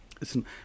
Listen